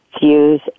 use